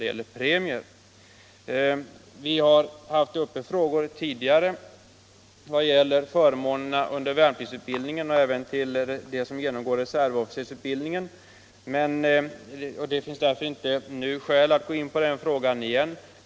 Vi har tidigare haft uppe frågor som rör förmånerna under värnpliktsutbildning och reservofficersutbildning, och det finns därför inte skäl att ytterligare gå in på dessa frågor.